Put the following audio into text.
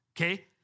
okay